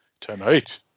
tonight